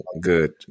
Good